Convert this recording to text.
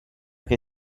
che